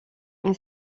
elle